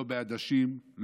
לא בעדשים,